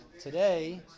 today